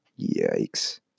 Yikes